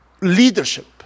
leadership